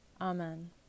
Amen